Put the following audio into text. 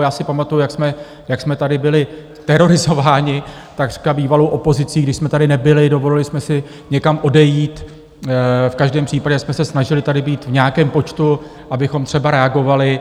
Já si pamatuji, jak jsme tady byli terorizováni takřka bývalou opozicí, když jsme tady nebyli, dovolili jsme si někam odejít, v každém případě jsme se snažili tady být v nějakém počtu, abychom třeba reagovali.